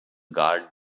guard